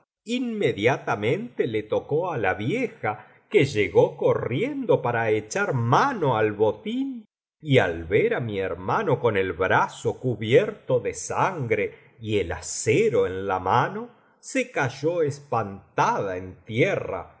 inmediatamente le tocó á la vieja que llegó corriendo para echar mano al botín y al ver á mi hermano con el brazo cubierto de sangre y el acero en la mano se cayó espantada en tierra